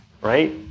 right